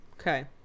okay